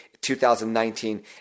2019